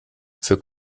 für